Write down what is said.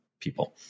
people